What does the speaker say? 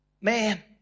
Man